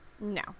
No